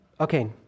Okay